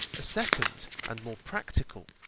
a second and more practical,